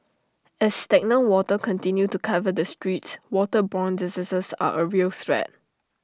as stagnant water continue to cover the streets waterborne diseases are A real threat